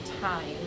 time